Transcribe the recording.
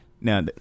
Now